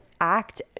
act